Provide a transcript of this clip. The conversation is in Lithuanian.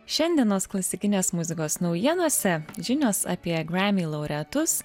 šiandienos klasikinės muzikos naujienose žinios apie gremy laureatus